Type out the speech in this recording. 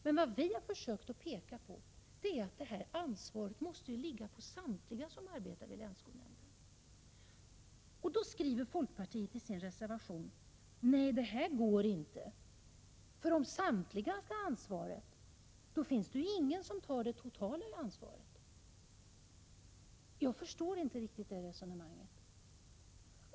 Men vad vi har försökt peka på är att detta ansvar måste ligga på samtliga som arbetar vid länsskolnämnden. Då skriver folkpartiet i sin reservation: Nej, det här går inte, för om samtliga skall ha ansvar finns det ju ingen som tar det totala ansvaret. Jag förstår inte riktigt det resonemanget.